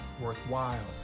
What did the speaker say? worthwhile